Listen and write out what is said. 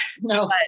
no